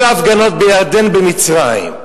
כל ההפגנות בירדן ובמצרים.